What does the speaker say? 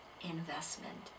investment